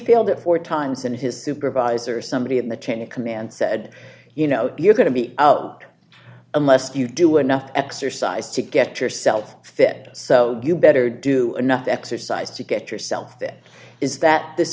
failed it four times and his supervisor somebody in the chain of command said you know you're going to be out unless you do enough exercise to get yourself fit so you better do enough exercise to get yourself it is that this